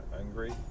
angry